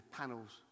panels